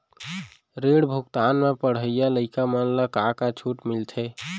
ऋण भुगतान म पढ़इया लइका मन ला का का छूट मिलथे?